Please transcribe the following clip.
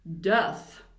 death